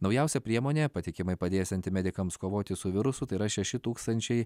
naujausia priemonė patikimai padėsianti medikams kovoti su virusu tai yra šeši tūkstančiai